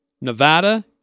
Nevada